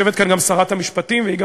יושבת כאן גם שרת המשפטים והיא גם